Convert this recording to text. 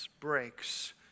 breaks